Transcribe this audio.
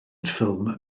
ffilm